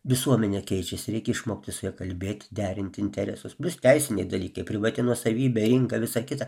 visuomenė keičiasi reikia išmokti su ja kalbėti derinti interesus bus teisiniai dalykai privati nuosavybė rinka visa kita